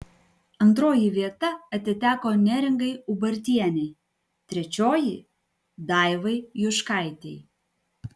antroji vieta atiteko neringai ubartienei trečioji daivai juškaitei